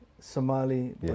Somali